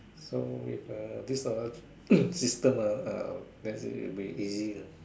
so if uh this a system ah ah will be easy lah